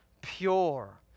pure